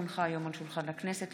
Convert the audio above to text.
כי הונחה היום על שולחן הכנסת,